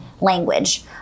language